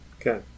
Okay